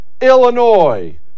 Illinois